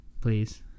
Please